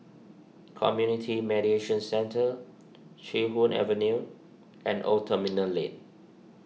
Community Mediation Centre Chee Hoon Avenue and Old Terminal Lane